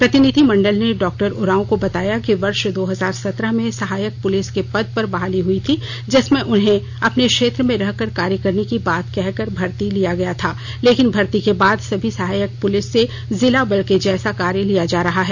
प्रतिनिधिमंडल ने डॉक्टर उराव को बताया कि वर्ष दो हजार सत्रह में सहायक पुलिस के पद पर बहाली हुई थी जिसमें उन्हें अपने क्षेत्र में रह कर कार्य करने की बात कह कर भर्ती लिया गया लेकिन भर्ती के बाद सभी सहायक पुलिस से जिला बल के जैसा कार्य लिया जा रहा हैं